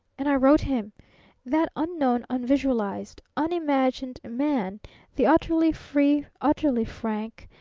and i wrote him that unknown, unvisualized, unimagined man the utterly free, utterly frank,